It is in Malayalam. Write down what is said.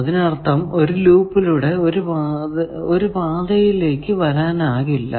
അതിനർത്ഥം ഒരു ലൂപ്പിലൂടെ ഒരു പാതയിലേക്ക് വരാനാകില്ല